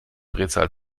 drehzahl